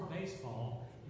baseball